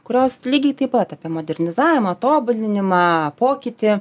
kurios lygiai taip pat apie modernizavimą tobulinimą pokytį